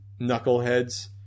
Knuckleheads